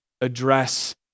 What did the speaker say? address